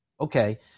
okay